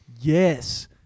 Yes